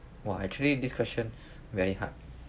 !wah! actually this question very hard